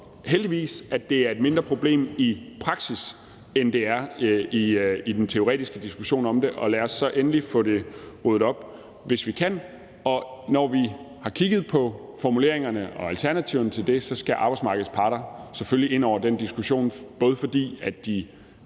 heldigvis, at det i praksis er et mindre problem, end det er i den teoretiske diskussion om det. Lad os endelig få ryddet op i det, hvis vi kan, og når vi har kigget på formuleringerne og alternativerne til dem, skal arbejdsmarkedets parter selvfølgelig ind over den diskussion, både fordi de